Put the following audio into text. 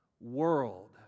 world